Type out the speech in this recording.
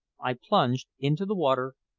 i plunged into the water,